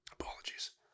Apologies